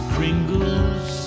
Kringles